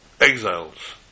exiles